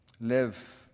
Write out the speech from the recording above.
live